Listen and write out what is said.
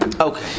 Okay